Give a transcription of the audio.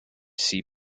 sea